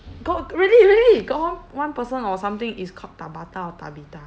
got really really got one one person or something is called tabata or tabitha